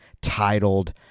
titled